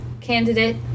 candidate